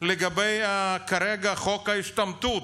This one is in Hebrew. כרגע לגבי חוק ההשתמטות.